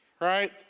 right